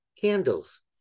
candles